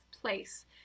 place